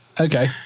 okay